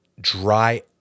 dry